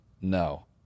No